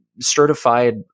certified